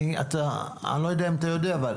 אני לא יודע אם אתה יודע, אבל